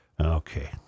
Okay